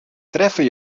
treffe